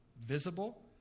visible